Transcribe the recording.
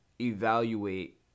evaluate